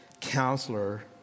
counselor